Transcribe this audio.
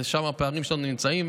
שם הפערים שלנו נמצאים,